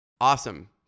Awesome